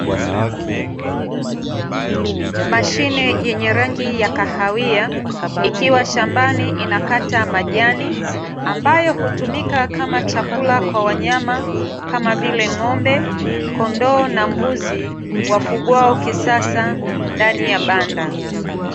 Mashine yenye rangi ya kahawia, ikiwa shambani inakata majani ambayo hutumika kama chakula kwa wanyama, kama vile; ng'ombe, kondoo na mbuzi wafugwao kisasa ndani ya banda.